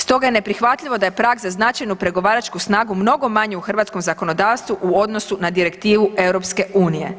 Stoga je neprihvatljivo da je prag za značajnu pregovaračku snagu mnogo manju u hrvatskom zakonodavstvu u odnosu na direktivu EU.